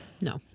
No